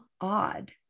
odd